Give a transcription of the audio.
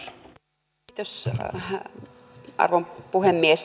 kiitos arvon puhemies